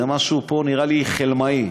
משהו פה נראה לי חלמאי.